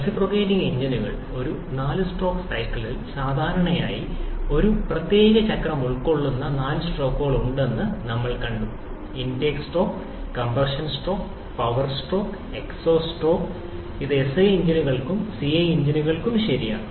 reciprocating എഞ്ചിനുകളിൽ ഒരു 4 stroke സൈക്കിളിൽ സാധാരണയായി ഒരു പ്രത്യേക ചക്രം ഉൾക്കൊള്ളുന്ന നാല് സ്ട്രോക്കുകൾ ഉണ്ടെന്ന് നമ്മൾ കണ്ടു intake stroke compression stroke power stroke exhaust stroke ഇത് എസ്ഐ എഞ്ചിനുകൾക്കും സിഐ എഞ്ചിനുകൾക്കും ശരിയാണ്